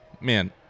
man